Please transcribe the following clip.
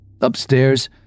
Upstairs